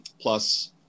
plus